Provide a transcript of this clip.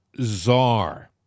czar